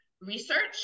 research